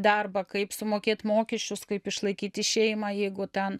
darbą kaip sumokėt mokesčius kaip išlaikyti šeimą jeigu ten